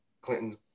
Clinton's